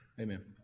Amen